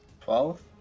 Twelve